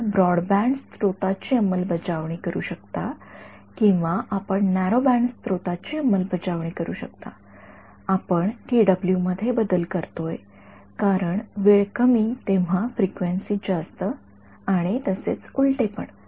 आपण ब्रॉडबँड स्त्रोताची अंमलबजावणी करू शकता किंवा आपण नॅरो बँड स्त्रोताची अंमलबजावणी करू शकता आपण मध्ये बदल करतोय कारण वेळ कमी तेव्हा फ्रिक्वेन्सी जास्त आणि तसेच उलटपण